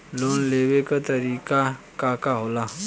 Loan लेवे क तरीकाका होला?